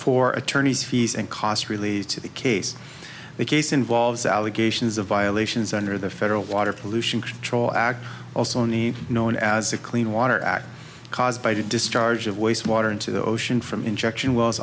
for attorneys fees and costs related to the case the case involves allegations of violations under the federal water pollution control act also only known as a clean water act caused by to discharge of wastewater into the ocean from injection w